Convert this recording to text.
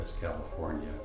California